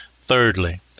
Thirdly